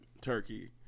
turkey